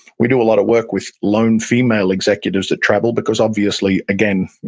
we do a lot of work with lone female executives that travel because obviously, again,